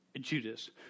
Judas